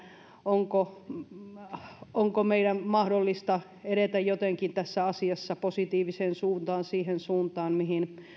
onko meidän jotenkin mahdollista edetä tässä asiassa positiiviseen suuntaan siihen suuntaan mihin